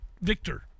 victor